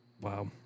wow